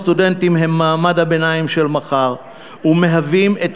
הסטודנטים הם מעמד הביניים של מחר ומהווים את